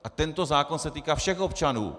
A tento zákon se týká všech občanů!